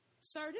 sir